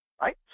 right